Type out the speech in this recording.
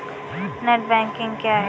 Net banking क्या है?